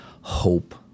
hope